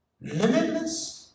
limitless